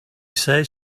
says